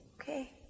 okay